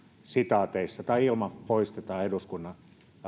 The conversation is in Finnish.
sitaateissa tai ilman poistetaan eduskunnan